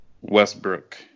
Westbrook